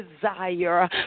desire